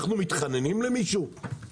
אנחנו מתחננים למישהו?